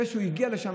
זה שהוא הגיע לשם,